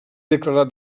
declarat